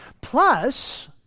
plus